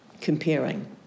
Comparing